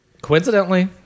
Coincidentally